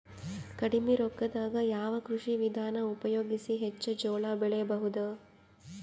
ಕಡಿಮಿ ರೊಕ್ಕದಾಗ ಯಾವ ಕೃಷಿ ವಿಧಾನ ಉಪಯೋಗಿಸಿ ಹೆಚ್ಚ ಜೋಳ ಬೆಳಿ ಬಹುದ?